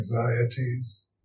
anxieties